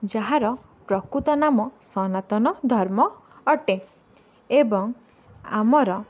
ଯାହାର ପ୍ରକୃତ ନାମ ସନାତନ ଧର୍ମ ଅଟେ ଏବଂ ଆମର